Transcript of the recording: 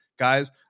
Guys